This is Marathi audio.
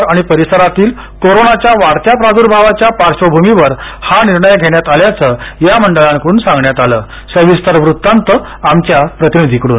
शहर आणि परिसरातील कोरोनाच्या वाढत्या प्रादूर्भावाच्या पार्श्वभूमीवर हा निर्णय घेण्यात आल्याचं या मंडळांकडून सांगण्यात आलं सविस्तर वृत्तांत आमच्या प्रतिनिधी कडून